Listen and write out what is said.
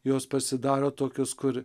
jos pasidaro tokios kur